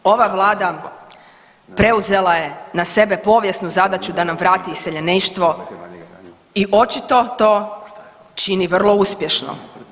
Ova Vlada preuzela je na sebe povijesnu zadaću da nam vrati iseljeništvo i očito to čini vrlo uspješno.